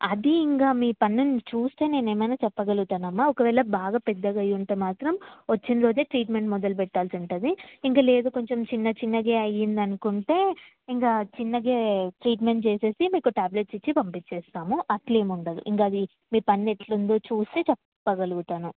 అది ఇంకా మీ పన్నుని చూస్తే నేనేమైనా చెప్పగలుగుతానమ్మా ఒకవేళ బాగా పెద్దదయింటే మాత్రం వచ్చిన రోజే ట్రీట్మెంట్ మొదలు పెట్టాల్సి ఉంటుంది ఇంక లేదు కొంచెం చిన్న చిన్నదే అయ్యిందనుకుంటే ఇంకా చిన్నగా ట్రీట్మెంట్ చేసేసి మీకు ట్యాబ్లెట్స్ ఇచ్చి పంపించేస్తాము అలా ఏముండదు ఇంకా అది మీ పన్ను ఎలాఉందో చూస్తే చెప్పగలుగుతాను